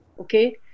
Okay